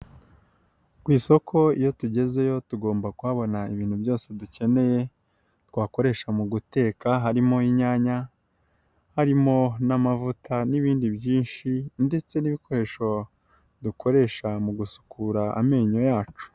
Ku isoko iyo tugezeyo tugomba kuhabona ibintu byose dukeneye., twakoresha mu guteka. Harimo inyanya, harimo n'amavuta n'ibindi byinshi ndetse n'ibikoresho dukoresha mu gusukura amenyo yacu.